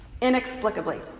inexplicably